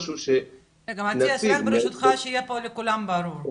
רגע, מטיאס, רק ברשותך שיהיה פה לכולם ברור.